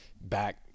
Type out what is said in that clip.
back